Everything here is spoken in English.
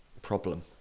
problem